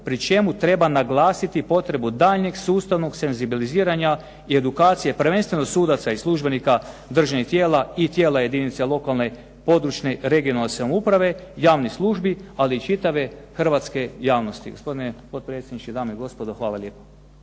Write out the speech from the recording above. pri čemu treba naglasiti potrebu daljnjeg sustavnog senzibiliziranja i edukacije prvenstveno sudaca i službenika državnih tijela i tijela jedinice lokalne, područne, regionalne samouprave, javnih službi ali i čitave hrvatske javnosti. Gospodine potpredsjedniče, dame i gospodo hvala lijepo.